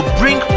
bring